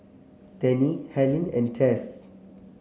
Tennie Helyn and Tess